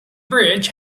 bridge